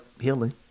healing